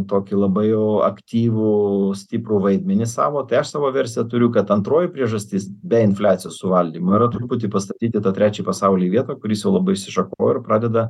tokį labai jau aktyvų stiprų vaidmenį savo tai aš savo versiją turiu kad antroji priežastis be infliacijos suvaldymo yra truputį pastatyti tą trečiąjį pasaulį į vietą kuris jau labai išsišakojo ir pradeda